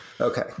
Okay